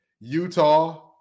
Utah